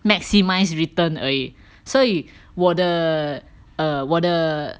maximize return 而以所以我的我的